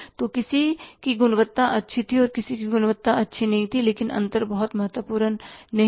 तो किसी की गुणवत्ता अच्छी थी और किसी की गुणवत्ता अच्छी नहीं थी लेकिन अंतर बहुत महत्वपूर्ण नहीं था